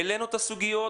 העלינו את הסוגיות,